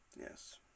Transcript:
Yes